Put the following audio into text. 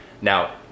Now